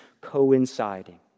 coinciding